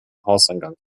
hauseingang